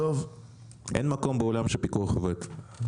אין מקום בעולם שפיקוח עובד בו,